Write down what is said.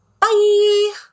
Bye